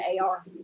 AR